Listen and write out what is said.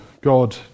God